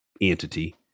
entity